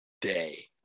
day